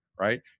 right